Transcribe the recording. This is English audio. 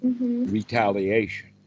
retaliation